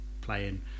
playing